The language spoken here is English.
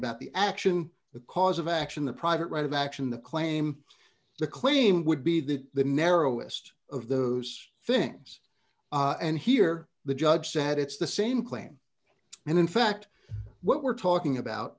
about the action the cause of action the private right of action the claim the claim would be that the narrowest of those things and here the judge said it's the same claim and in fact what we're talking about